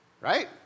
Right